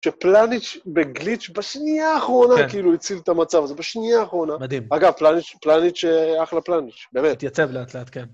שפלניץ' בגליץ' בשנייה האחרונה כאילו הציל את המצב הזה, בשנייה האחרונה. מדהים. אגב, פלניץ', פלניץ', אחלה פלניץ', באמת. התייצב לאט לאט, כן.